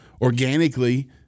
organically